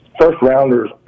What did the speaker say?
first-rounders